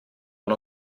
uno